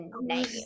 name